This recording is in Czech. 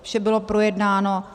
Vše bylo projednáno.